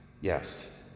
Yes